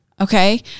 Okay